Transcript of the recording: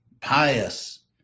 pious